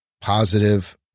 positive